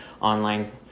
online